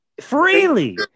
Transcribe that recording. Freely